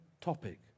topic